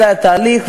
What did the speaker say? זה התהליך,